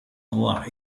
avoir